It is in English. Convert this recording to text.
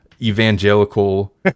evangelical